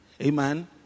Amen